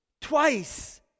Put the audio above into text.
Twice